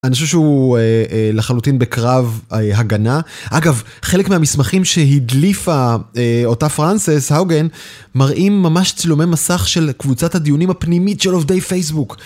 אני חושב שהוא לחלוטין בקרב הגנה. אגב, חלק מהמסמכים שהדליפה אותה פרנסס, האוגן, מראים ממש צילומי מסך של קבוצת הדיונים הפנימית של עובדי פייסבוק.